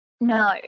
No